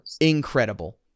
Incredible